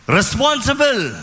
Responsible